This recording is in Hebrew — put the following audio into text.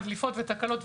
דליפות ותקלות,